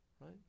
right